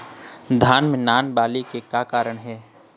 धान म नान बाली के का कारण हे?